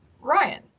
Ryan